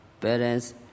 parents